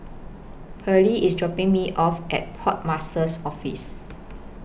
Pearly IS dropping Me off At Port Master's Office